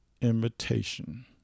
invitation